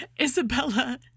Isabella